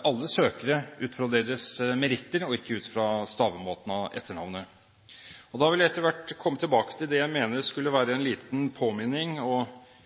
alle søkere ut fra deres meritter og ikke ut fra stavemåten av etternavnet. Da vil jeg komme tilbake til det jeg mener skulle være en liten påminning